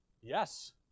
Yes